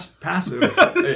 passive